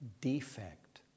defect